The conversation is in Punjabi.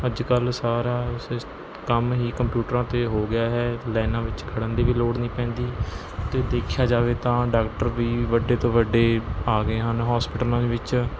ਅੱਜ ਕੱਲ੍ਹ ਸਾਰਾ ਸਿਸ ਕੰਮ ਹੀ ਕੰਪਿਊਟਰਾਂ 'ਤੇ ਹੋ ਗਿਆ ਹੈ ਲਾਈਨਾਂ ਵਿੱਚ ਖੜ੍ਹਨ ਦੀ ਵੀ ਲੋੜ ਨਹੀਂ ਪੈਂਦੀ ਅਤੇ ਦੇਖਿਆ ਜਾਵੇ ਤਾਂ ਡਾਕਟਰ ਵੀ ਵੱਡੇ ਤੋਂ ਵੱਡੇ ਆ ਗਏ ਹਨ ਹੋਸਪਿਟਲਾਂ ਦੇ ਵਿੱਚ